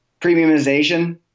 premiumization